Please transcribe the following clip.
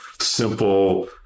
simple